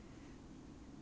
还没有 ah